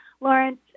Lawrence